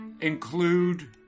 include